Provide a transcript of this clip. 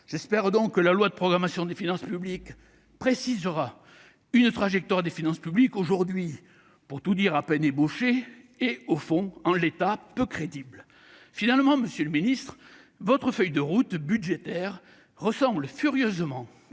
J'espère que le projet de loi de programmation des finances publiques précisera une trajectoire des finances publiques aujourd'hui à peine ébauchée et, au fond, peu crédible en l'état. Finalement, monsieur le ministre, votre feuille de route budgétaire ressemble franchement